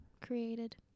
Created